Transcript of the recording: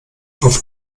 auf